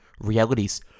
realities